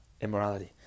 immorality